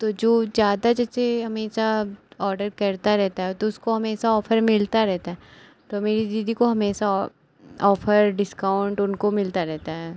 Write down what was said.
तो जो ज़्यादा जैसे हमेशा ऑडर करते रहते हैं तो उसको हमेशा ऑफ़र मिलता रहते हैं तो मेरी दीदी को हमेशा ऑफ़र डिस्काउन्ट उनको मिलता रहता है